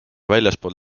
väljaspool